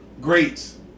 Greats